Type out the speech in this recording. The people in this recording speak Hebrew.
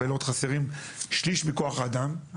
חסרים שליש מכוח האדם.